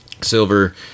silver